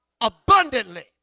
Abundantly